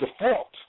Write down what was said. default